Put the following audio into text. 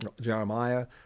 Jeremiah